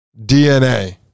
DNA